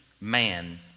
man